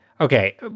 Okay